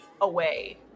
away